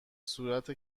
صورت